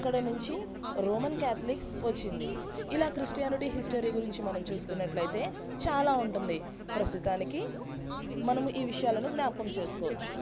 అక్కడ నుంచి Roman Catholics వచ్చింది ఇలా క్రిస్టియానిటీ హిస్టరీ గురించి మనం చూసుకున్నట్లయితే చాలా ఉంటుంది ప్రస్తుతానికి మనం ఈ విషయాలను జ్ఞాపకం చేసుకోవచ్చు